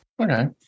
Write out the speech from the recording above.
Okay